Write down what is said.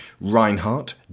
Reinhardt